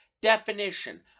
definition